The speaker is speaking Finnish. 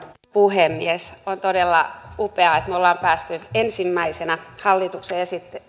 puhemies on todella upeaa että me olemme päässeet ensimmäisenä hallituksen